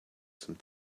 some